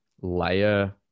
layer